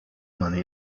money